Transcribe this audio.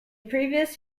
previous